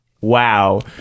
wow